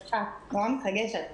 סליחה, אני נורא מתרגשת.